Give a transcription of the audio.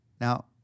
Now